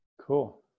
Cool